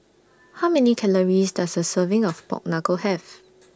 How Many Calories Does A Serving of Pork Knuckle Have